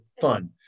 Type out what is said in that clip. fun